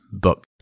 book